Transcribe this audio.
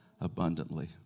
abundantly